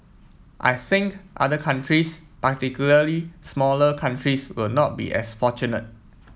I think other countries particularly smaller countries will not be as fortunate